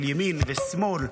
של ימין ושמאל,